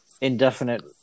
indefinite